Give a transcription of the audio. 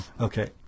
Okay